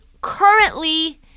currently